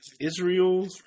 Israel